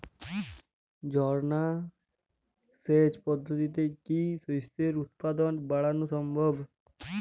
ঝর্না সেচ পদ্ধতিতে কি শস্যের উৎপাদন বাড়ানো সম্ভব?